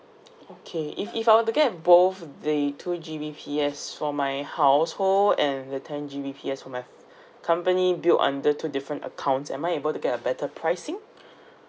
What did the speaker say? okay if if I will to get both the two G_B_P_S for my household and the ten G_B_P_S for my company bill under two different accounts am I able to get a better pricing